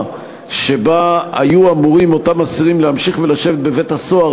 שבה היו אותם אסירים אמורים להמשיך לשבת בבית-הסוהר,